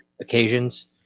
occasions